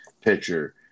pitcher